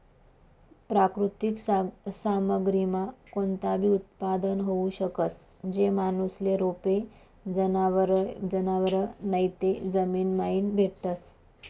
प्राकृतिक सामग्रीमा कोणताबी उत्पादन होऊ शकस, जे माणूसले रोपे, जनावरं नैते जमीनमाईन भेटतस